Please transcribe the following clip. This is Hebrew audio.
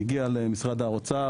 היא הגיעה גם למשרד האוצר,